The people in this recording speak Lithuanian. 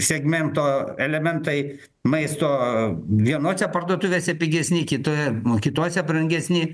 segmento elementai maisto vienose parduotuvėse pigesni kiti kitose brangesni